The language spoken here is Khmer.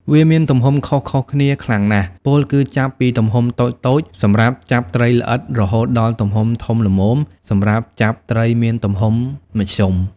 វាមានទំហំខុសៗគ្នាខ្លាំងណាស់ ពោលគឺចាប់ពីទំហំតូចៗសម្រាប់ចាប់ត្រីល្អិតរហូតដល់ទំហំធំល្មមសម្រាប់ចាប់ត្រីមានទំហំមធ្យម។